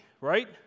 right